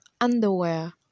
underwear